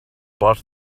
bought